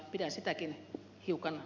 pidän sitäkin hiukan